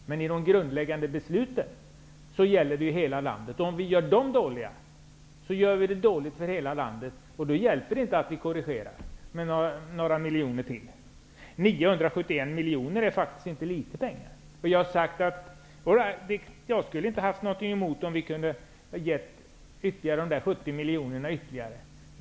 Men de grundläggande besluten gäller hela landet. Om de är dåliga blir det dåligt för hela landet. Då hjälper det inte att vi korrigerar med några miljoner till. 971 miljoner är faktiskt inte litet pengar. Jag skulle inte ha haft något emot om vi skulle ha kunnat ge ytterligare 70 miljoner.